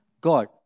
God